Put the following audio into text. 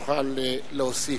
יוכל להוסיף.